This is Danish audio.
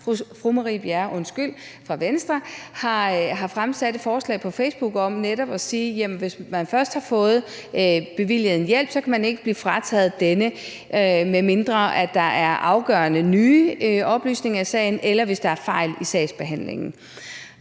fru Marie Bjerre fra Venstre har fremsat et forslag på Facebook om netop at sige, at hvis man først har fået bevilget en hjælp, kan man ikke blive frataget denne, medmindre der er afgørende nye oplysninger i sagen eller der er fejl i sagsbehandlingen.